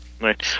right